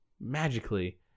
magically